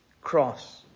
cross